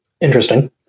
Interesting